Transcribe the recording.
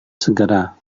segera